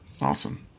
Awesome